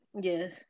yes